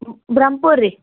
ಬ್ರಮ್ಪುರ ರೀ